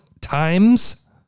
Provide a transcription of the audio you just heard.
times